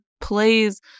plays